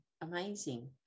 amazing